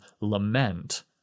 lament